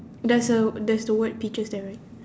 there's a there's the word peaches there right